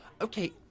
Okay